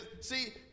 See